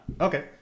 Okay